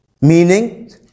meaning